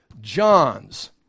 John's